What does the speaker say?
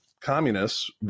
communists